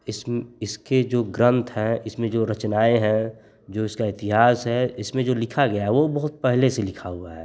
इसमें इसके जो ग्रन्थ हैं इसमें जो रचनाएँ हैं जो इसका इतिहास है इसमें जो लिखा गया है वह बहुत पहले से लिखा हुआ है